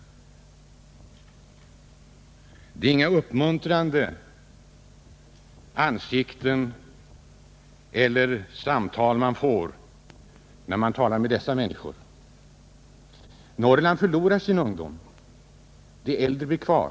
Det är inga muntra ansikten man får se eller uppmuntrande samtal man får föra med dessa människor. Norrland förlorar sin ungdom. De äldre blir kvar.